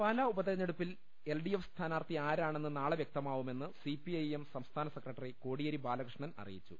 പാലാ ഉപതെരഞ്ഞെടുപ്പിൽ എൽഡിഎഫ് സ്ഥാനാർത്ഥി ആരാ ണെന്ന് നാളെ വ്യക്തമാവുമെന്ന് സിഫിഐഎം സംസ്ഥാന സെക്ര ട്ടറി കോടിയേരി ബാലകൃഷ്ണൻ അറിയിച്ചു